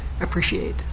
appreciate